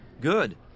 Good